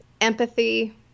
empathy